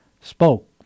spoke